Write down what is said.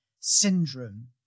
syndrome